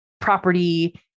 property